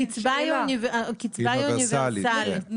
הקצבה היא אוניברסלית --- אני מנסה להבין, שאלה.